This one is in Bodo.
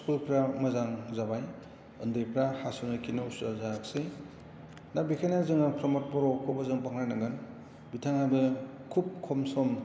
स्कुलफ्रा मोजां जाबाय ओन्दैफ्रा हासुनो खिनो उसुबिदा जायासै दा बेखायनो जोंनाव फ्रमद बर'खौबो जों बाख्नाय नांगोन बिथाङाबो खुब खम सम